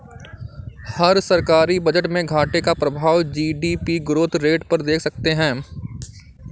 हम सरकारी बजट में घाटे का प्रभाव जी.डी.पी ग्रोथ रेट पर देख सकते हैं